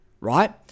right